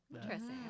Interesting